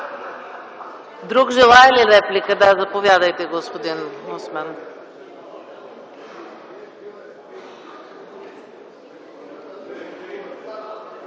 Друг желае ли реплика? Заповядайте, господин Осман.